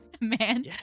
Man